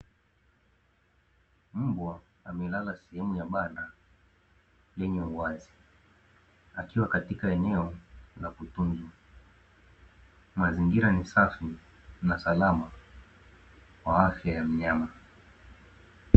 Mbwa amelala sehemu ya banda lenye uwazi, akiwa katika eneo la kutunzwa. Mazingira ni safi na salama kwa afya ya mnyama.